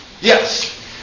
Yes